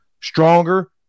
Stronger